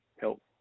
help